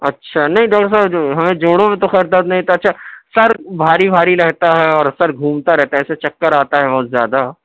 اچھا نہیں ڈاکٹر صاحب جو ہمیں جوڑوں میں تو خیر درد نہیں ہوتا اچھا سر بھاری بھاری رہتا ہے اور سر گھومتا رہتا ہے ایسے چکر آتا ہے بہت زیادہ